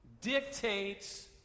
dictates